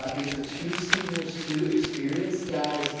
ah these are two seniors, two experienced guys,